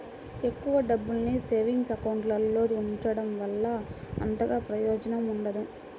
ఎక్కువ డబ్బుల్ని savings account లో ఉంచడం వల్ల అంతగా ప్రయోజనం ఉండదు